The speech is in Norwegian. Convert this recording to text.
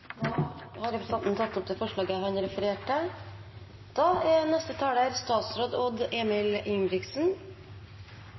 Da har representanten Nicholas Wilkinson tatt opp det forslaget han refererte til. Norge er